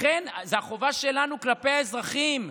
לכן זו החובה שלנו כלפי האזרחים,